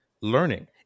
learning